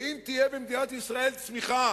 ואם תהיה במדינת ישראל צמיחה